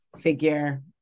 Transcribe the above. figure